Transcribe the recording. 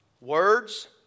Words